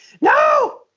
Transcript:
No